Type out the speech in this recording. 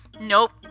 Nope